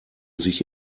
sich